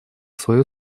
свое